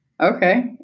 Okay